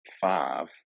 five